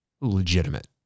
Legitimate